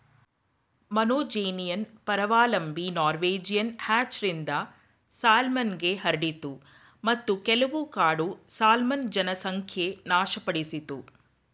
monogenean ಪರಾವಲಂಬಿ Norwegian ಹ್ಯಾಚರಿಂದ ಸಾಲ್ಮನ್ಗೆ ಹರಡಿತು ಮತ್ತು ಕೆಲವು ಕಾಡು ಸಾಲ್ಮನ್ ಜನಸಂಖ್ಯೆ ನಾಶಪಡಿಸಿತು